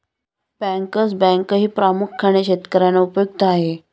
bankers बँकही प्रामुख्याने शेतकर्यांना उपयुक्त आहे